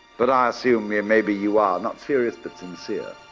but i assume yeah maybe you are not serious, but sincere